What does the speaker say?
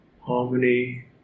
harmony